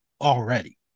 already